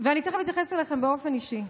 ואני תכף אתייחס אליכם באופן אישי.